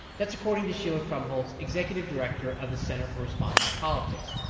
that's according to sheila krumholz, executive director of the center for responsive politics.